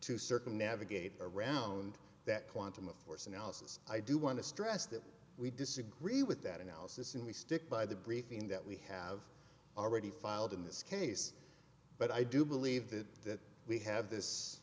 to circle navigate around that quantum of force analysis i do want to stress that we disagree with that analysis and we stick by the briefing that we have already filed in this case but i do believe that we have